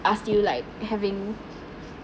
I still like having